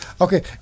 okay